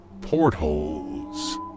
portholes